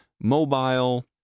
mobile